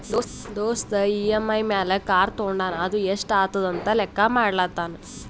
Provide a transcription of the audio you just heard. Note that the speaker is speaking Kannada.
ದೋಸ್ತ್ ಇ.ಎಮ್.ಐ ಮ್ಯಾಲ್ ಕಾರ್ ತೊಂಡಾನ ಅದು ಎಸ್ಟ್ ಆತುದ ಅಂತ್ ಲೆಕ್ಕಾ ಮಾಡ್ಲತಾನ್